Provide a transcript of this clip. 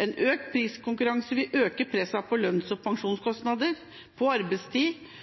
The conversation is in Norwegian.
En økt priskonkurranse vil øke presset på lønns- og pensjonskostnadene og arbeidstid. Når pris vinner, vil vi på